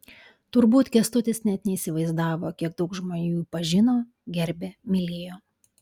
turbūt kęstutis net neįsivaizdavo kiek daug žmonių jį pažino gerbė mylėjo